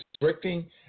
restricting